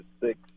six